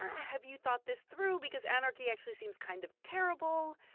have you thought this through? because anarchy actually seems kind of terrible.